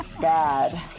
Bad